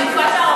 זה קלאסיקה.